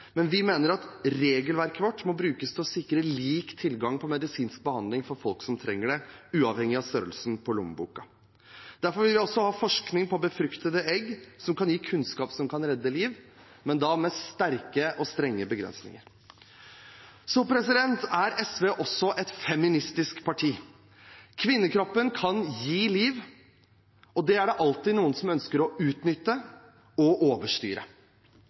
Men vi mener at regelverket vårt må brukes til å sikre lik tilgang på medisinsk behandling for folk som trenger det, uavhengig av størrelsen på lommeboken. Derfor vil vi også ha forskning på befruktede egg, som kan gi kunnskap som kan redde liv, men da med sterke og strenge begrensninger. Så er SV også et feministisk parti. Kvinnekroppen kan gi liv, og det er det alltid noen som ønsker å utnytte og overstyre.